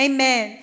Amen